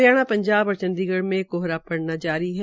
हरियाणा पंजाब और चंडीगढ़ में कोहरा पड़ना जारी है